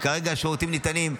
וכרגע השירותים ניתנים.